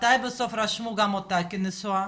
מתי בסוף רשמו גם אותה כנשואה?